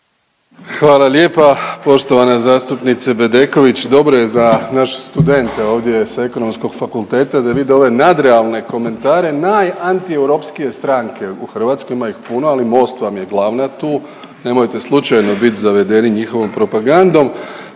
Hvala lijepa poštovana zastupnice Bedeković, dobro je za naše studente ovdje s Ekonomskog fakulteta da vide ove nadrealne komentare najantieuropskije stranke u Hrvatskoj, ima ih puno, ali Most vam je glavna tu, nemojte slučajno bit zavedeni njihovom propagandom,